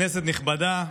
כנסת נכבדה,